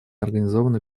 организованной